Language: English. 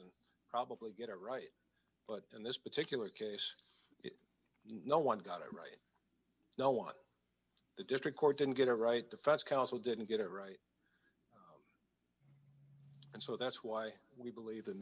and probably get it right but in this particular case no one got it right no one the district court didn't get it right defense counsel didn't get it right and so that's why we believe in